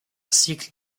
cycle